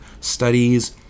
studies